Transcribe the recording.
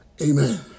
Amen